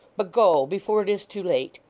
but go before it is too late.